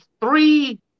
three